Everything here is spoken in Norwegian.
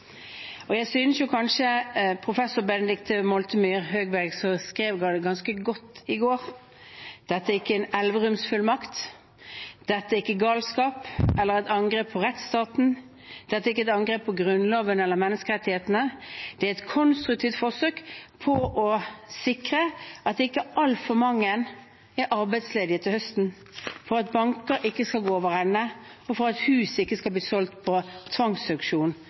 og en velfungerende økonomi. Det er altså det som er bakteppet for det forslaget vi har fremmet. Jeg synes kanskje professor Benedikte Moltumyr Høgberg beskrev det ganske godt i går: Dette er ikke en Elverums-fullmakt. Dette er ikke galskap eller et angrep på rettsstaten. Dette er ikke et angrep på Grunnloven eller menneskerettighetene. Det er et konstruktivt forsøk på å sikre at ikke altfor mange er arbeidsledige til høsten, at banker ikke skal gå overende, og at hus ikke skal bli solgt på